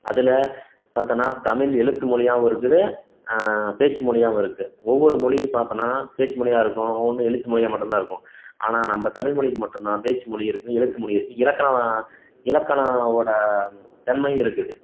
அதில் பார்த்தோன்னா தமிழ் எழுத்து மொழியாவும் இருக்குது பேச்சு மொழியாவும் இருக்கு ஒவ்வொரு மொழியும் பார்த்தோன்னா பேச்சு மொழியா இருக்கும் ஒவ்வொன்று எழுத்து மொழியா மட்டும்தான் இருக்கும் ஆனால் நம்ப தமிழ் மொழிக்கு மட்டும்தான் பேச்சு மொழி இருக்கு எழுத்து மொழி இருக்கு இலக்கணம் இலக்கணம் ஓட தன்மையும் இருக்குது